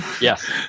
Yes